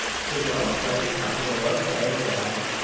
saddam fled the capital of baghdad,